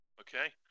Okay